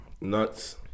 Nuts